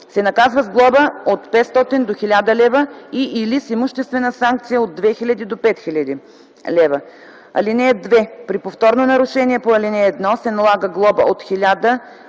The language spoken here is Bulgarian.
се наказва с глоба от 500 до 1000 лв. и/или с имуществена санкция от 2000 до 5000 лв. (2) При повторно нарушение по ал. 1 се налага глоба от 1000 лв.